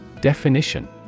Definition